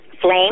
Flame